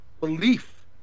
belief